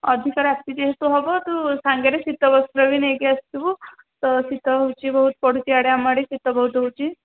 ଅଧିକ ରାତି ଯେହେତୁ ହବ ସାଙ୍ଗରେ ଶୀତବସ୍ତ୍ର ବି ନେଇକି ଆସିଥିବୁ ତ ଶୀତ ହେଉଛି ବହୁତ୍ ପଡ଼ୁଛି ଆଡ଼େ ଆମ ଆଡ଼େ ଶୀତ ବହୁତ୍ ହେଉଛି